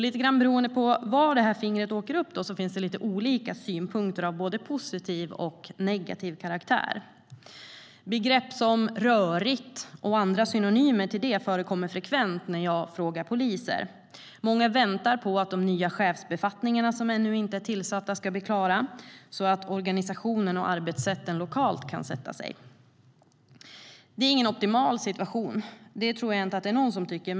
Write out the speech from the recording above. Lite grann beroende på var det här fingret åker upp finns det något olika synpunkter av både positiv och negativ karaktär. Begrepp som "rörigt" och synonymer till det förekommer frekvent när jag frågar poliser. Många väntar på att de nya chefsbefattningar som ännu inte är tillsatta ska bli klara, så att organisationen och arbetssätten lokalt kan sätta sig. Detta är ingen optimal situation. Det tror jag inte att det är någon som tycker.